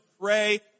pray